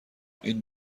این